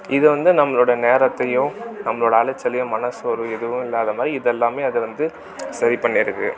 இது வந்து நம்மளோடய நேரத்தையும் நம்மளோடய அலைச்சலையும் மனது ஒரு இதுவும் இல்லாத மாதிரி இதெல்லாமே அது வந்து சரி பண்ணியிருக்கு